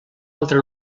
altra